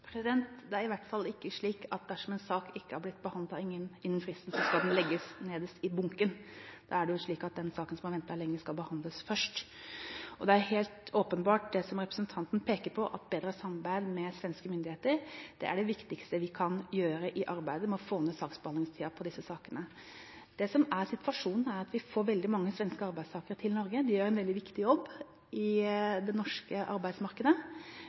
Det er i hvert fall ikke slik at dersom en sak ikke er behandlet innen fristen, så skal den legges nederst i bunken. Da er det jo slik at den saken som har ventet lenge, skal behandles først. Det er helt åpenbart, som representanten peker på, at bedre samarbeid med svenske myndigheter er det viktigste vi kan gjøre i arbeidet med å få ned saksbehandlingstiden på disse sakene. Det som er situasjonen, er at vi får veldig mange svenske arbeidstakere til Norge. De gjør en veldig viktig jobb i det norske arbeidsmarkedet,